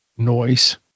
noise